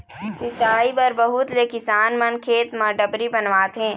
सिंचई बर बहुत ले किसान मन खेत म डबरी बनवाथे